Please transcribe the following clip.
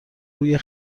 روی